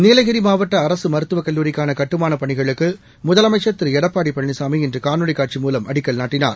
நீலகிரி மாவட்ட அரசு மருத்துவக் கல்லூரிக்கான கட்டுமானப் பணிகளுக்கு முதலமைச்ச் திரு எடப்பாடி பழனிசாமி இன்று காணொவி காட்சி மூலம் அடிக்கல் நாட்டினார்